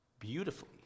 beautifully